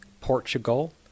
Portugal